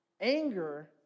Anger